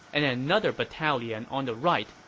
and another battalion on the right,